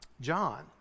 John